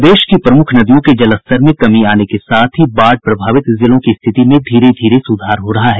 प्रदेश की प्रमुख नदियों के जलस्तर में कमी आने के साथ ही बाढ़ प्रभावित जिलों की स्थिति में धीरे धीरे सुधार हो रहा है